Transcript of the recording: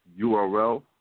URL